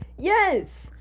yes